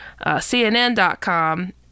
CNN.com